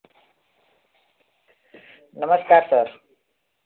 नमस्कार सर